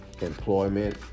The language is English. employment